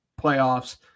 playoffs –